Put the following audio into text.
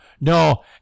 no